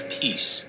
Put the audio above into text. peace